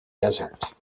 desert